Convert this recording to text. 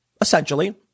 essentially